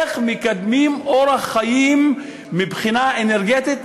איך מקדמים אורח חיים מבחינה אנרגטית,